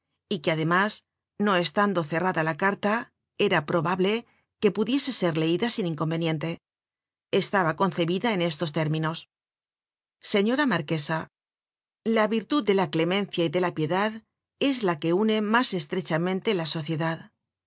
y que además no estando cerrada la carta era probable que pudiese ser leida sin inconveniente estaba concebida en estos términos señora marquesa la virtud de la clemencia y de la piedad es la que une mas